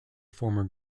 former